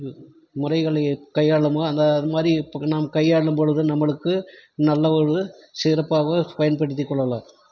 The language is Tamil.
முறைகளை கையாளுமாே அந்த அது மாதிரி நாம் கையாளும்பொழுது நம்மளுக்கு நல்ல ஒரு சிறப்பாக பயன்படுத்தி கொள்ளலாம்